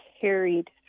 carried